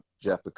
Jeff